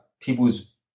people's